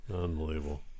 Unbelievable